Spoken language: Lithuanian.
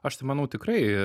aš tai manau tikrai